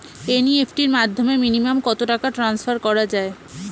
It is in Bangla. এন.ই.এফ.টি র মাধ্যমে মিনিমাম কত টাকা টান্সফার করা যায়?